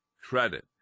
credit